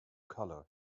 color